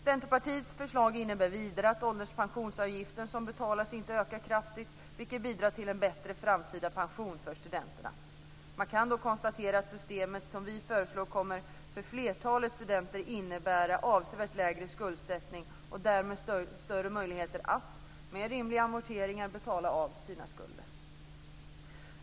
Centerpartiets förslag innebär vidare att ålderspensionsavgiften som betalas inte ökar kraftigt, vilket bidrar till en bättre framtida pension för studenterna. Man kan då konstatera att systemet som vi föreslår kommer för flertalet studenter att innebära avsevärt lägre skuldsättning och därmed större möjligheter att, med rimliga amorteringar, betala av sina skulder.